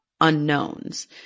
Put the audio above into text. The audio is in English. unknowns